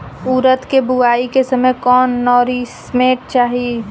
उरद के बुआई के समय कौन नौरिश्मेंट चाही?